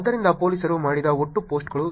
ಆದ್ದರಿಂದ ಪೊಲೀಸರು ಮಾಡಿದ ಒಟ್ಟು ಪೋಸ್ಟ್ಗಳು